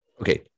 okay